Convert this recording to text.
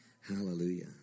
Hallelujah